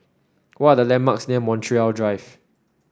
what are the landmarks near Montreal Drive